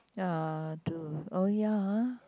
ya do oh ya